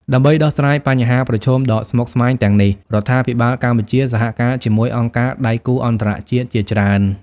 ដើម្បីដោះស្រាយបញ្ហាប្រឈមដ៏ស្មុគស្មាញទាំងនេះ រដ្ឋាភិបាលកម្ពុជា សហការជាមួយអង្គការដៃគូអន្តរជាតិជាច្រើន។